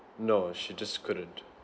no she just couldn't